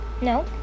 No